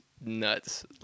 nuts